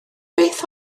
beth